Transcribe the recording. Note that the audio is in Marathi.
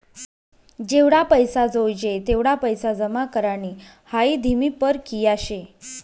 जेवढा पैसा जोयजे तेवढा पैसा जमा करानी हाई धीमी परकिया शे